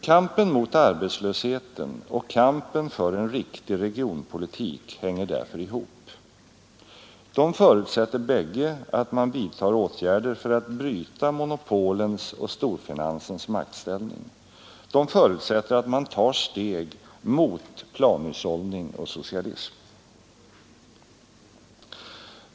Kampen mot arbetslösheten och kampen för en riktig regionalpolitik hänger därför ihop. De förutsätter bägge att man vidtar åtgärder för att bryta monopolens och storfinansens maktställning. De förutsätter att man tar steg mot planhushållning och socialism.